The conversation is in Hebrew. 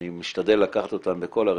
אני משתדל לקחת אותן בכל הרצינות,